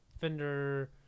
Fender